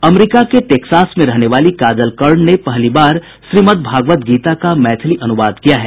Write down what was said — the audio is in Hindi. अमेरिका के टेक्सास में रहने वाली काजल कर्ण ने पहली बार श्रीमद भगवद गीता का मैथिली अनुवाद किया है